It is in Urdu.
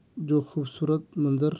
جو خوبصورت منظر